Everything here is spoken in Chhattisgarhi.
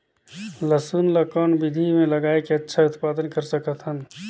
लसुन ल कौन विधि मे लगाय के अच्छा उत्पादन कर सकत हन?